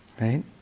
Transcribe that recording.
right